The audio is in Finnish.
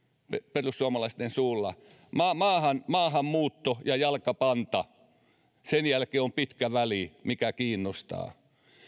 perussuomalaisten suulla maahanmuutto ja jalkapanta sen jälkeen on pitkä väli siinä mikä kiinnostaa